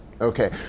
Okay